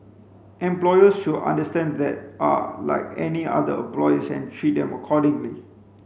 employers should understand that are like any other employees and treat them accordingly